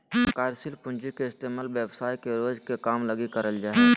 कार्यशील पूँजी के इस्तेमाल व्यवसाय के रोज के काम लगी करल जा हय